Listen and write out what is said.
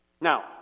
Now